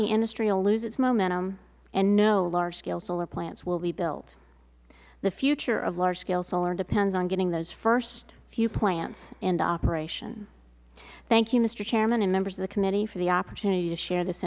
the industry will lose its momentum and no large scale solar plants will be built the future of large scale solar depends on getting those first few plants into operation thank you mister chairman and members of the committee for the opportunity to share this